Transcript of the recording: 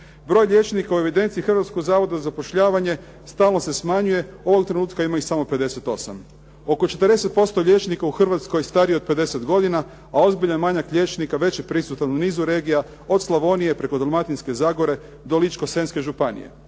Broj liječnika u evidenciji Hrvatskog zavoda za zapošljavanje stalno se smanjuje, ovog trenutka ima ih samo 58. Oko 40% liječnika u Hrvatskoj starije je od 50 godina a ozbiljan manjak liječnika već je prisutan u nizu regija od Slavonije, preko Dalmatinske zagore do Ličko-senjske županije.